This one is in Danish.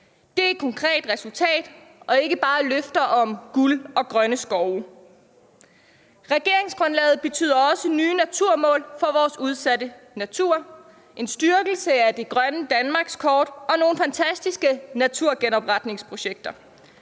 Det er et konkret resultat og ikke bare løfter om guld og grønne skove. Regeringsgrundlaget betyder også nye naturmål for vores udsatte natur, en styrkelse af det grønne danmarkskort og nogle fantastiske naturgenopretningsprojekter.